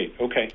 okay